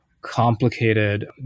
complicated